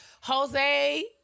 Jose